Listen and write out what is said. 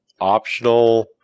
optional